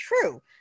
true